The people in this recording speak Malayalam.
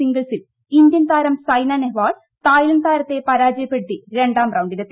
സിംഗിൾസിൽ ഇന്ത്യൻ താരം സൈന നെഹ്വാൾ തായ്ലന്റ് താരത്തെ പരാജയപ്പെടുത്തി രണ്ടാം റൌണ്ടിലെത്തി